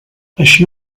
així